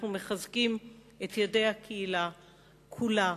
אנחנו מחזקים את ידי הקהילה כולה,